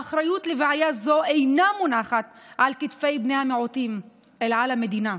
האחריות לבעיה זו אינה מונחת על כתפי בני המיעוטים אלא על המדינה.